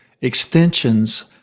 extensions